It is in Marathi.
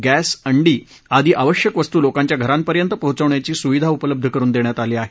गॅस अंडी आदी आवश्यक वस्तू लोकांच्या घरांपर्यंत पोचवण्याची सुविधा उपलब्ध करुन देण्यात आली आहे